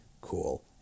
cool